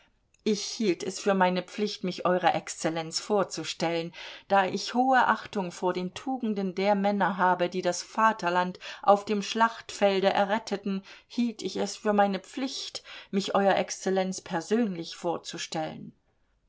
ich hielt es für meine pflicht mich eurer exzellenz vorzustellen da ich hohe achtung vor den tugenden der männer habe die das vaterland auf dem schlachtfelde erretteten hielt ich es für meine pflicht mich eurer exzellenz persönlich vorzustellen